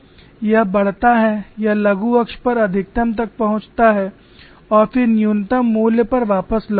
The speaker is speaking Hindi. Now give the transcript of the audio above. यह बढ़ता है यह लघु अक्ष पर अधिकतम तक पहुंचता है और फिर न्यूनतम मूल्य पर वापस लौटता है